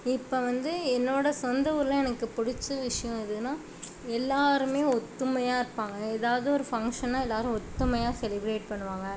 இப்போ வந்து என்னோடய சொந்த ஊரில் எனக்கு பிடிச்ச விஷயம் எதுனால் எல்லலோருமே ஒற்றுமையா இருப்பாங்க எதாவது ஒரு ஃபங்க்ஷன்னா எல்லோரும் ஒற்றுமையா செலிப்ரேட் பண்ணுவாங்க